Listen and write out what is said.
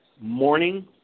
morning